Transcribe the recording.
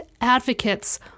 advocates